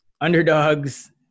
underdogs